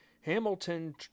Hamilton